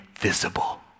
visible